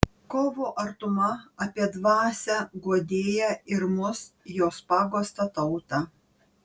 kovo artuma apie dvasią guodėją ir mus jos paguostą tautą